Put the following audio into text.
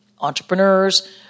entrepreneurs